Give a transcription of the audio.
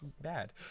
bad